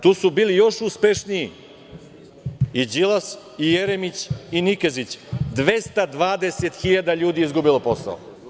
Tu su bili još uspešniji i Đilas i Jeremić i Nikezić – 220.000 ljudi je izgubilo posao.